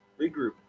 regroup